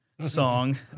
song